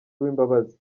uwimbabazi